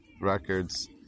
records